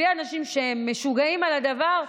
בלי האנשים שהם משוגעים לדבר,